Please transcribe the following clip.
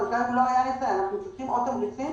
אנחנו רוצים עוד תמריצים